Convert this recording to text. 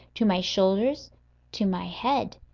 to my shoulders to my head.